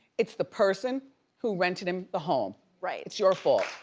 it's the person who rented him the home. right. it's your fault.